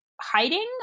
hiding